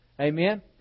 Amen